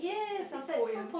like some poem